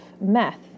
meth